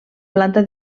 planta